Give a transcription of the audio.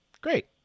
great